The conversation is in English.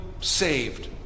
saved